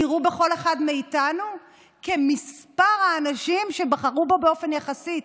תראו בכל אחד מאיתנו את מספר האנשים שבחרו בו באופן יחסי.